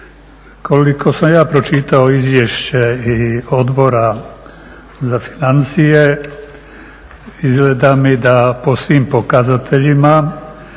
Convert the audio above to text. Koliko sam ja pročitao izvješće i Odbora za financije izgleda mi da po svim pokazateljima